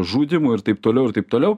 žudymų ir taip tolau ir taip toliau